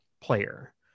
player